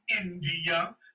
India